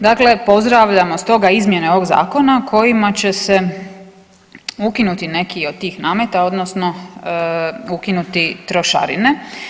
Dakle, pozdravljamo stoga izmjene ovog zakona kojima će se ukinuti neki od tih nameta odnosno ukinuti trošarine.